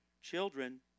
children